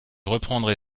reprendrai